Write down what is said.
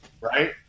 right